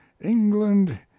England